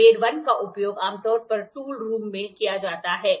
grade 1 का उपयोग आमतौर पर टूल रूम में किया जाता है